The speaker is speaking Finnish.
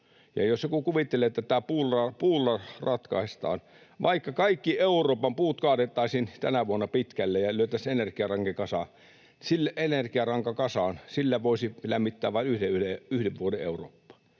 jos joku kuvittelee, että tämä puulla ratkaistaan, niin vaikka kaikki Euroopan puut kaadettaisiin tänä vuonna pitkälleen ja lyötäisiin energiaranka kasaan, sillä voisi lämmittää vain yhden vuoden Eurooppaa.